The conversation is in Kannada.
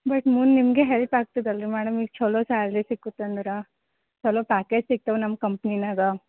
ಬಟ್ ಮುಂದೆ ನಿಮಗೆ ಹೆಲ್ಪ್ ಆಗ್ತದಲ್ಲ ರಿ ಮೇಡಮ್ ಈಗ ಚೊಲೋ ಸ್ಯಾಲ್ರಿ ಸಿಕ್ಕುತ್ತೆ ಅಂದರ ಚಲೋ ಪ್ಯಾಕೇಜ್ ಸಿಗ್ತಾವೆ ನಮ್ಮ ಕಂಪ್ನಿನಾಗ